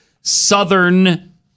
Southern